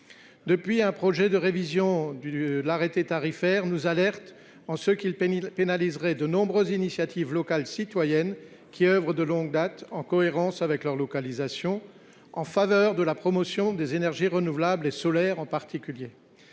Depuis, un projet de révision de l’arrêté tarifaire nous alerte. Il pénaliserait de nombreuses initiatives locales citoyennes œuvrant de longue date, en cohérence avec leur localisation, en faveur de la promotion des énergies renouvelables, en particulier